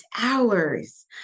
hours